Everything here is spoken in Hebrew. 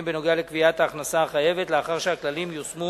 בנוגע לקביעת ההכנסה החייבת לאחר שהכללים ייושמו